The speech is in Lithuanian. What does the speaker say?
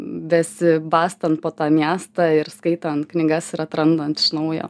besibastant po tą miestą ir skaitant knygas ir atrandant iš naujo